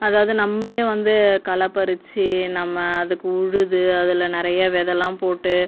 அதாவது நம்மளே வந்து களைப்பறிச்சு நம்ம அதுக்கு உழுது அதில் நிறைய விதைலாம் போட்டு